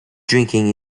drinking